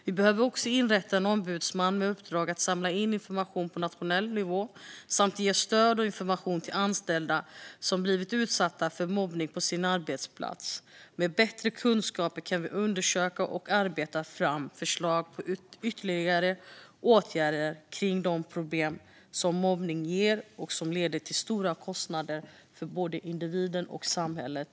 Vi behöver också inrätta en ombudsman med uppdrag att samla in information på nationell nivå samt ge stöd och information till anställda som blivit utsatta för mobbning på sin arbetsplats. Med bättre kunskaper kan vi undersöka och arbeta fram förslag på ytterligare åtgärder kring de problem som mobbning ger och som leder till stora kostnader för både individen och samhället.